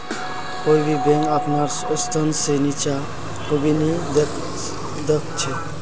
कोई भी बैंक अपनार स्तर से नीचा कभी नी दख छे